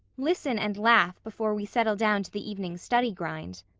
listen and laugh, before we settle down to the evening's study-grind.